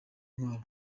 intwaro